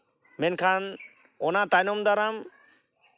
ᱢᱮᱱᱠᱷᱟᱱ ᱚᱱᱟ ᱛᱟᱭᱱᱚᱢ ᱫᱟᱨᱟᱢ